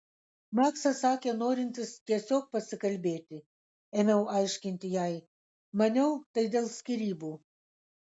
maksas sakė norintis tiesiog pasikalbėti ėmiau aiškinti jai maniau tai dėl skyrybų